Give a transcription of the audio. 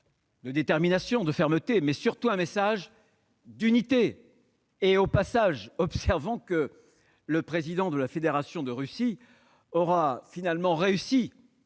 de détermination et de fermeté, mais surtout un message d'unité. J'observe au passage que le président de la Fédération de Russie aura finalement réussi